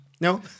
No